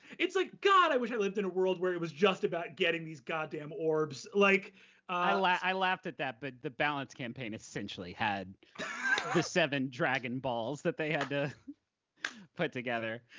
it's like, god, i wish i lived in a world where it was just about getting these god damn orbs. like i laughed i laughed at that, but the balance campaign essentially had the seven dragon balls that they had to put together.